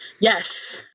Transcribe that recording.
Yes